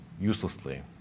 uselessly